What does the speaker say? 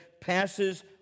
passes